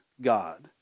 God